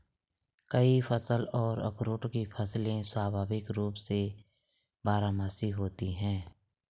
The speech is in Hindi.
कई फल और अखरोट की फसलें स्वाभाविक रूप से बारहमासी होती हैं